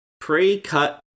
Pre-cut